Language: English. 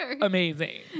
amazing